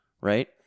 right